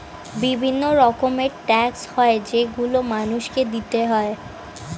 বিভিন্ন রকমের ট্যাক্স হয় যেগুলো মানুষকে দিতে হয়